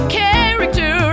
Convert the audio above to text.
character